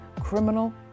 criminal